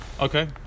Okay